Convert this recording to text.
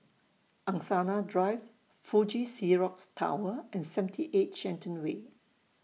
Angsana Drive Fuji Xerox Tower and seventy eight Shenton Way